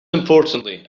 importantly